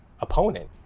opponent